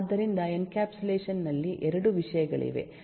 ಆದ್ದರಿಂದ ಎನ್ಕ್ಯಾಪ್ಸುಲೇಷನ್ ನಲ್ಲಿ 2 ವಿಷಯಗಳಿವೆ